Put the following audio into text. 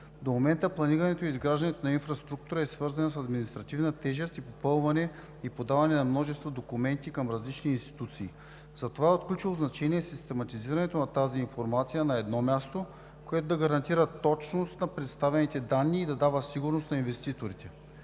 До момента планирането и изграждането на инфраструктурата е свързано с административната тежест и попълването и подаването на множество документи към различни институции. Затова от ключово значение е систематизирането на тази информация на едно място, което да гарантира точност на представените данни и да дава сигурност на инвеститорите.